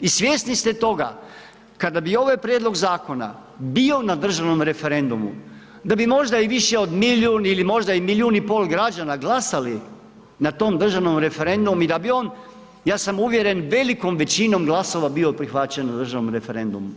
i svjesni ste toga kada bi ovaj prijedlog zakona bio na državnom referendumu da bi možda i više od milijun ili možda i milijun i pol građana glasali na tom državnom referendum i da bi on, ja sam uvjeren, velikom većinom glasova bio prihvaćen na državnom referendumu.